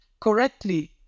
correctly